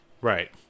Right